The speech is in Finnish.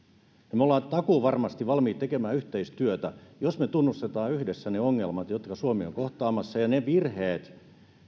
me olemme takuuvarmasti valmiita tekemään yhteistyötä jos me tunnustamme yhdessä ne ongelmat jotka suomi on kohtaamassa ja ne virheet